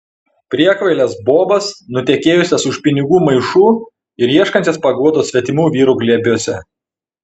priekvailes bobas nutekėjusias už pinigų maišų ir ieškančias paguodos svetimų vyrų glėbiuose